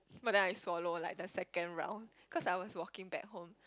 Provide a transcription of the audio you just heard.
but then I swallow like the second round cause I was walking back home